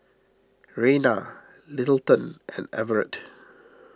Reyna Littleton and Everett